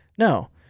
No